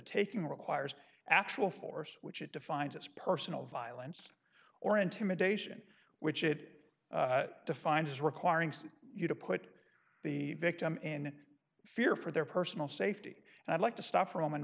taking requires actual force which it defines as personal violence or intimidation which it defines as requiring some you to put the victim in fear for their personal safety and i'd like to stop from an